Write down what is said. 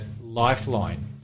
Lifeline